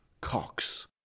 Cox